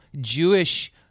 Jewish